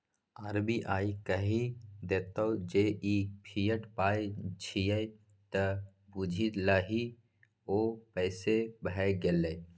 RBI कहि देतौ जे ई फिएट पाय छियै त बुझि लही ओ पैसे भए गेलै